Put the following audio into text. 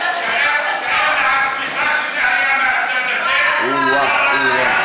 תאר לעצמך שזה היה מהצד הזה, או-אה, או-אה,